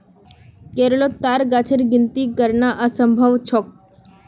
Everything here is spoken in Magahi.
केरलोत ताड़ गाछेर गिनिती करना असम्भव छोक